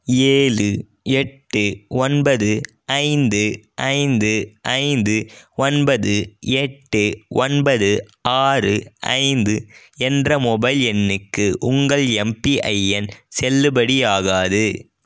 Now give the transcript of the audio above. ஏழு எட்டு ஒன்பது ஐந்து ஐந்து ஐந்து ஒன்பது எட்டு ஒன்பது ஆறு ஐந்து என்ற மொபைல் எண்ணுக்கு உங்கள் எம்பிஐஎன் செல்லுபடி ஆகாது